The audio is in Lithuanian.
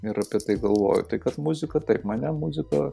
ir apie tai galvoju tai kad muzika taip mane muzika